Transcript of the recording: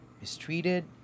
mistreated